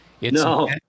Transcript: No